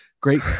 great